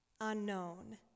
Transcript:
unknown